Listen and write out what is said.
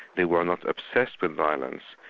they were not obsessed with violence,